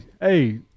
hey